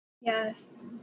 Yes